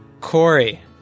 Corey